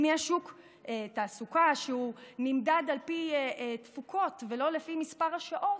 אם יש שוק תעסוקה שנמדד על פי תפוקות ולא לפי מספר השעות,